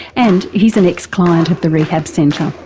and he's an ex-client of the rehab centre. um